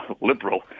liberal